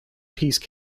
peace